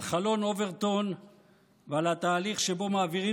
על חלון אוברטון ועל התהליך שבו מעבירים